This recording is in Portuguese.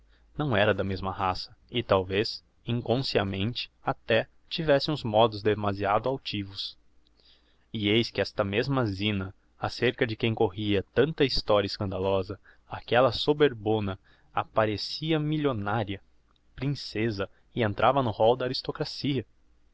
não era da mesma raça e talvez inconsciamente até tivesse uns modos demasiado altivos e eis que esta mesma zina ácerca de quem corria tanta historia escandalosa aquella soberbona apparecia millionaria princêsa e entrava no rol da aristocracia